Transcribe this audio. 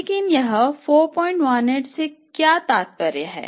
लेकिन यह 418 से क्या तात्पर्य है